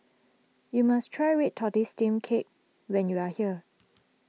you must try Red Tortoise Steamed Cake when you are here